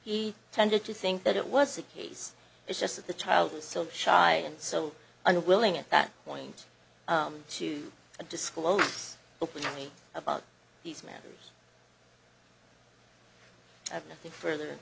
he tended to think that it was a case it's just that the child was so shy and so unwilling at that point to disclose openly about these matters i have nothing further